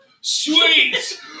Sweet